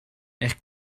eich